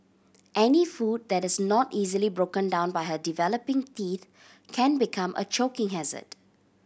any food that is not easily broken down by her developing teeth can become a choking hazard